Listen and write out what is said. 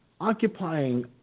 occupying